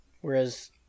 Whereas